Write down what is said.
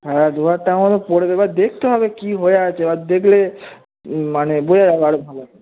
হ্যাঁ দু হাজার টাকা মতো পড়বে এবার দেখতে হবে কী হয়ে আছে এবার দেখলে মানে বোঝা যাবে আরো ভালো করে